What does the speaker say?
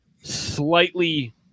slightly